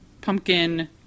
pumpkin